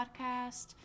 Podcast